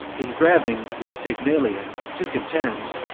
in graving with pygmalion to contend,